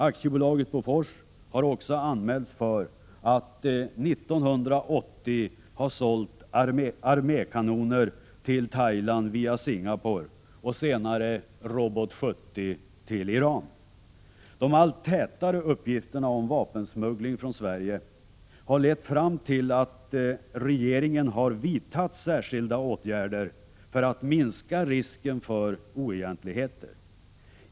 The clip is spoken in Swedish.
Aktiebolaget Bofors har också anmälts för att 1980 ha sålt armékanoner till Thailand via Singapore och senare Robot 70 till Iran. De allt tätare uppgifterna om vapensmuggling från Sverige har lett fram till att regeringen har vidtagit särskilda åtgärder för att minska risken för oegentligheter.